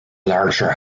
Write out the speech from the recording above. larger